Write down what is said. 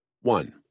One